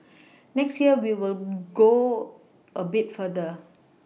next year we will go a bit further